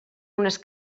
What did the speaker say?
unes